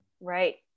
right